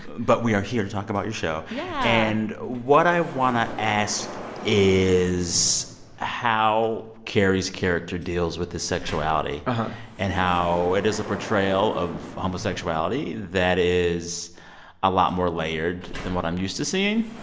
but we are here to talk about your show yeah and what i want to ask is how cary's character deals with his sexuality and how it is a portrayal of homosexuality that is a lot more layered than what i'm used to seeing.